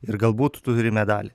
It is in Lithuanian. ir galbūt turi medalį